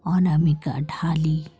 অনামিকা ঢালি